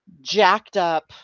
jacked-up